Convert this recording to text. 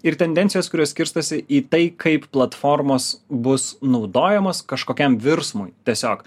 ir tendencijos kurios skirstosi į tai kaip platformos bus naudojamos kažkokiam virsmui tiesiog